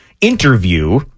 interview